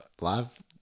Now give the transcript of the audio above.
Live